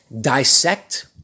dissect